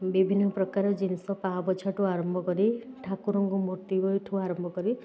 ବିଭିନ୍ନ ପ୍ରକାର ଜିନିଷ ପାପୋଛାଠୁ ଆରମ୍ଭ କରି ଠାକୁରଙ୍କ ମୂର୍ତ୍ତି ବହିଠୁ ଆରମ୍ଭ କରି